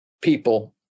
people